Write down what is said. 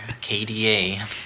KDA